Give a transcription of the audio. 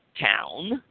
town